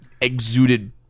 exuded